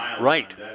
Right